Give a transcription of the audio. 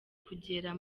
kugera